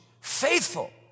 faithful